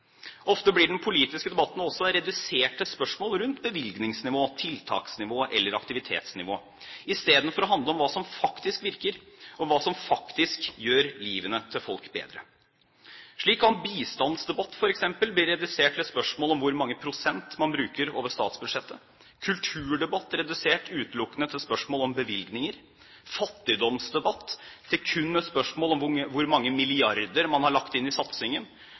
Ofte blir den politiske debatten også redusert til spørsmål rundt bevilgningsnivå, tiltaksnivå eller aktivitetsnivå istedenfor å handle om hva som faktisk virker, om hva som faktisk gjør folks liv bedre. Slik kan f.eks. en bistandsdebatt bli redusert til et spørsmål om hvor mange prosent man bruker over statsbudsjettet, en kulturdebatt kan bli redusert utelukkende til spørsmål om bevilgninger, og en fattigdomsdebatt til kun et spørsmål om hvor mange milliarder man har lagt inn i satsingen.